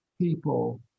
people